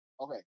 Okay